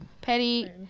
Petty